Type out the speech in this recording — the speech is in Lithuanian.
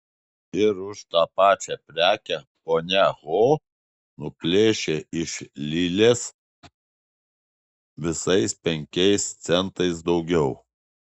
ir už tą pačią prekę ponia ho nuplėšė iš lilės visais penkiais centais daugiau